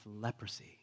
leprosy